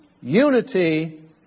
Unity